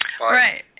right